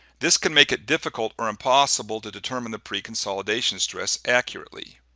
this can make it difficult or impossible to determine the preconsolidation stress accurately.